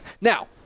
Now